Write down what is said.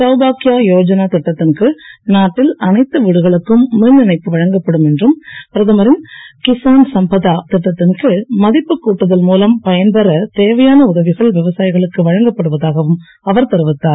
சௌபாக்யா யோஜனா திட்டத்தின் கீழ் நாட்டில் அனைத்து வீடுகளுக்கும் மின் இணைப்பு வழங்கப்படும் என்றும் பிரதமரின் கிஸான் சம்பதா திட்டத்தின் கீழ் மதிப்பு கூட்டுதல் முலம் பயன் பெற தேவையான உதவிகள் விவசாயிகளுக்கு வழங்கப்படுவதாகவும் அவர் தெரிவித்தார்